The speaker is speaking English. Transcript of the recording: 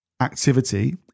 activity